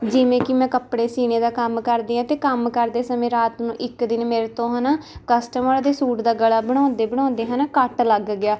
ਜਿਵੇਂ ਕਿ ਮੈਂ ਕੱਪੜੇ ਸਿਉਣੇ ਦਾ ਕੰਮ ਕਰਦੀ ਹਾਂ ਅਤੇ ਕੰਮ ਕਰਦੇ ਸਮੇਂ ਰਾਤ ਨੂੰ ਇੱਕ ਦਿਨ ਮੇਰੇ ਤੋਂ ਹੈ ਨਾ ਕਸਟਮਰ ਦੇ ਸੂਟ ਦਾ ਗਲਾ ਬਣਾਉਂਦੇ ਬਣਾਉਂਦੇ ਹੈ ਨਾ ਕੱਟ ਲੱਗ ਗਿਆ